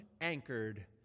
anchored